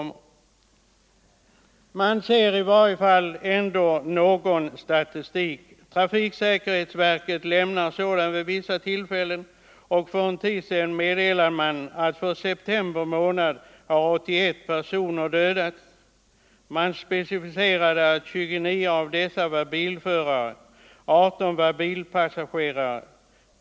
Men det finns ändå en del statistik. Trafiksäkerhetsverket offentliggör sådan vid vissa tillfällen. För en tid sedan meddelade man att under september månad 81 personer dödats. Man specificerade 29 av dessa som bilförare och 18 som bilpassagerare.